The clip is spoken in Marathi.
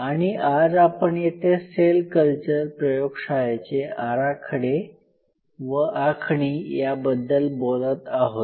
आणि आज आपण येथे सेल कल्चर प्रयोगशाळेचे आराखडे व आखणी याबद्दल बोलत आहोत